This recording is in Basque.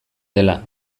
dela